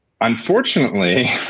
unfortunately